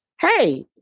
hey